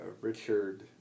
Richard